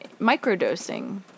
microdosing